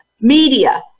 media